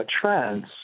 trends